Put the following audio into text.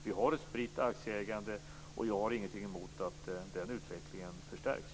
Vi har ett spritt aktieägande, och jag har ingenting emot att den utvecklingen förstärks.